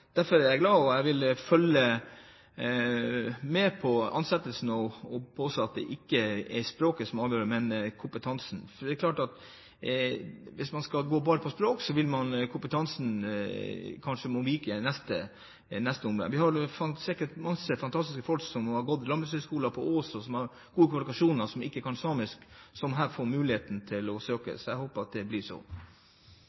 Derfor er jeg glad for dette, og jeg vil følge med på ansettelsen og påse at det ikke er språket som avgjør, men kompetansen. For hvis man bare skal legge vekt på språk, vil kompetansen kanskje måtte vike i neste omgang. Vi har sikkert masse fantastiske folk som har gått på landbrukshøyskolen i Ås, som har gode kvalifikasjoner, men som ikke kan samisk, som her får muligheten til å søke.